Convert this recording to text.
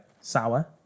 Sour